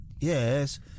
Yes